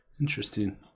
Interesting